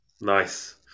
Nice